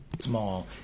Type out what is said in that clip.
Small